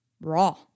raw